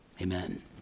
Amen